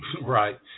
Right